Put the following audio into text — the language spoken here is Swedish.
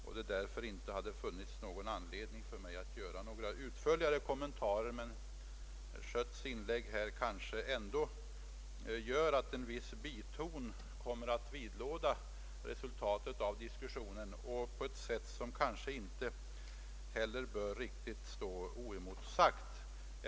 Det har således inte funnits någon anledning för mig att göra några utförligare kommentarer, men herr Schötts inlägg här kanske ändå gör att en viss biton kommer att kvarstå från diskussionen på ett sätt som inte bör stå oemotsagt.